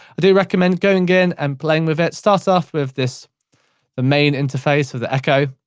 do recommend going in and playing with it. start off with this, the main interface or the echo,